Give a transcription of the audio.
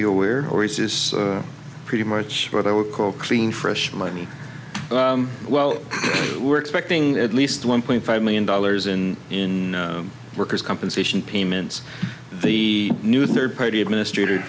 you aware always is pretty much what i would call clean fresh money well we're expecting at least one point five million dollars in in workers compensation payments the new third party administrators